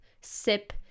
Sip